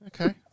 Okay